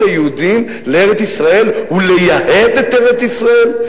היהודים לארץ-ישראל ולייהד את ארץ ישראל?